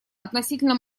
относительно